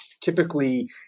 typically